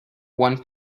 one